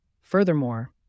Furthermore